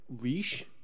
leash